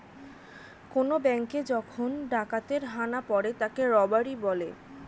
কোন ব্যাঙ্কে যখন ডাকাতের হানা পড়ে তাকে রবারি বলে